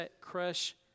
crush